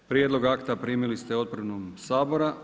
Prijedlog akta primili ste otpremom Sabora.